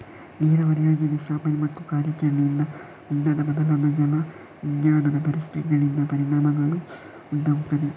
ನೀರಾವರಿ ಯೋಜನೆಯ ಸ್ಥಾಪನೆ ಮತ್ತು ಕಾರ್ಯಾಚರಣೆಯಿಂದ ಉಂಟಾದ ಬದಲಾದ ಜಲ ವಿಜ್ಞಾನದ ಪರಿಸ್ಥಿತಿಗಳಿಂದ ಪರಿಣಾಮಗಳು ಉಂಟಾಗುತ್ತವೆ